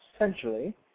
essentially